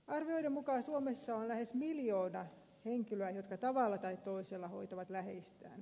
arvioiden mukaan suomessa on lähes miljoona henkilöä jotka tavalla tai toisella hoitavat läheistään